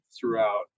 throughout